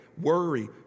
worry